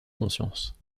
conscience